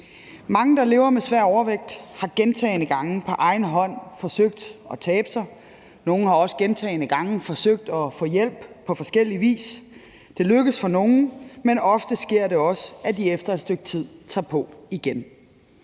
Mange, der lever med svær overvægt, har gentagne gange på egen hånd forsøgt at tabe sig. Nogle har også gentagne gange forsøgt at få hjælp på forskellig vis. Det lykkes for nogle, men ofte sker det også, at de efter et stykke tid tager på igen.